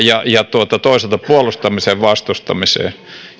toisaalta puolustamiseen